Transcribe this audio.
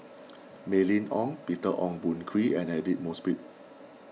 Mylene Ong Peter Ong Boon Kwee and Aidli Mosbit